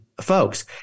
folks